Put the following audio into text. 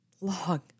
long